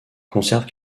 conserve